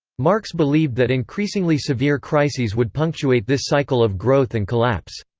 marx believed that increasingly severe crises would punctuate this cycle of growth and collapse.